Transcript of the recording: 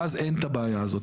ואז אין את הבעיה הזאת.